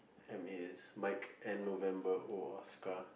M is mike N November O Oscar